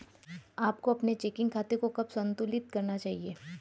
आपको अपने चेकिंग खाते को कब संतुलित करना चाहिए?